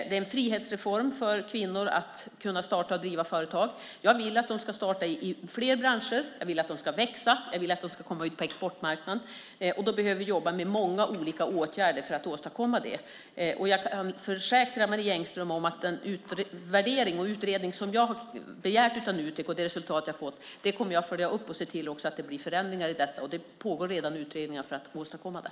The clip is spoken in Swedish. Det är en frihetsreform för kvinnor att kunna starta och driva företag. Jag vill att de ska starta i fler branscher, och jag vill att de ska växa och komma ut på exportmarknaden. Vi behöver jobba med många olika åtgärder för att åstadkomma det. Jag kan försäkra Marie Engström att den utvärdering och utredning som jag har begärt av Nutek och det resultat jag fått kommer jag att följa upp för att se till att det blir förändringar i detta. Det pågår redan utredningar för att åstadkomma det.